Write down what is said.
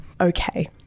okay